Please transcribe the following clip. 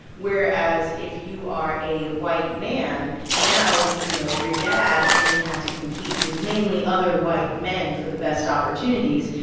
whereas if you are a white man now, you know, your dad only had to compete with mainly other white men for the best opportunities.